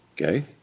Okay